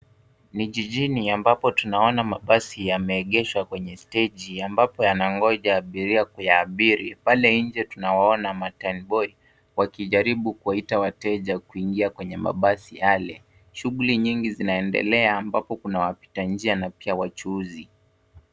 Ni jijini ambapo tunaona mabasi yameegeshwa kwenye steji, ambapo yanangoja abiria kuyaabiri. Pale nje tunayaona mateniboi wakijaribu kuita wateja kuingia kwenye mabasi yale. Shughuli nyingi zinaendelea, ambapo kuna wapita njia na pia wachuuzi.